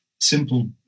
Simple